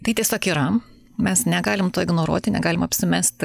tai tiesiog yra mes negalim to ignoruoti negalime apsimesti